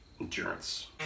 endurance